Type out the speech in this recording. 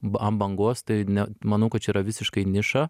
ant bangos tai ne manau kad čia yra visiškai niša